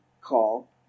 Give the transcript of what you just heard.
call